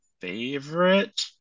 favorite